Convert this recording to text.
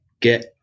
get